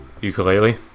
Ukulele